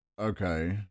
Okay